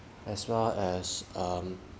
as well as um